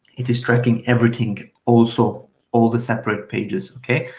it is tracking everything, also all the separate pages. okay,